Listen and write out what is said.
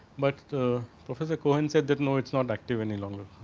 but, professor co inside that know it not active any longer.